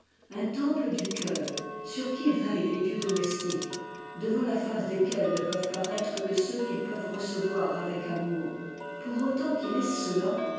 un temple du cœur sur qui veillent les dieux domestiques devant la face desquels ne peuvent paraître que ceux qu'ils peuvent recevoir avec amour pour autant qu'il est cela